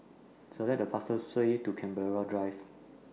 Select The fastest Way to Canberra Drive